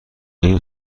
این